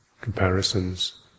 comparisons